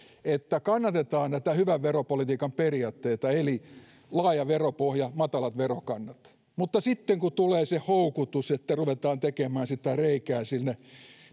että kannatetaan näitä hyvän veropolitiikan periaatteita eli laaja veropohja ja matalat verokannat mutta sitten kun tulee se houkutus että ruvetaan tekemään sitä reikää sinne